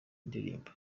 ndirimbo